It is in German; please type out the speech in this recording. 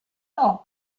auch